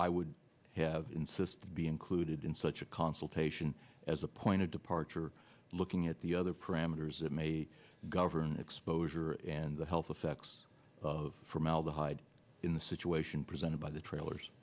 i would have insisted be included in such a consultation as a point of departure looking at the other parameters that may govern the exposure and the health effects of formaldehyde in the situation presented by the trailers